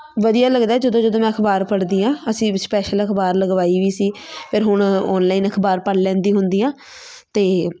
ਵਧੀਆ ਲੱਗਦਾ ਜਦੋਂ ਜਦੋਂ ਮੈਂ ਅਖਬਾਰ ਪੜ੍ਹਦੀ ਹਾਂ ਅਸੀਂ ਸਪੈਸ਼ਲ ਅਖਬਾਰ ਲਗਵਾਈ ਵੀ ਸੀ ਫਿਰ ਹੁਣ ਔਨਲਾਈਨ ਅਖਬਾਰ ਪੜ੍ਹ ਲੈਂਦੀ ਹੁੰਦੀ ਹਾਂ ਅਤੇ